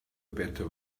better